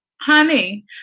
honey